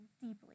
deeply